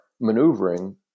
maneuvering